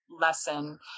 Lesson